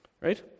right